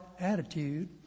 attitude